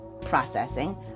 processing